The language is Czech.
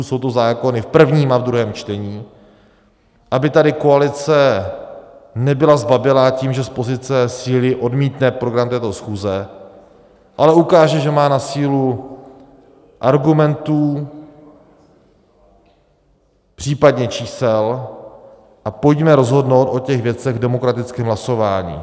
Jsou to zákony v prvním a druhém čtení, aby tady koalice nebyla zbabělá tím, že z pozice síly odmítne program této schůze, ale ukáže, že má na sílu argumentů, případně čísel, a pojďme rozhodnout o těch věcech v demokratickém hlasování.